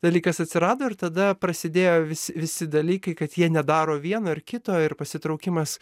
dalykas atsirado ir tada prasidėjo visi visi dalykai kad jie nedaro vieno ar kito ir pasitraukimas